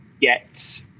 get